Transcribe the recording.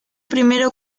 primero